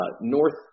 north